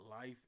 life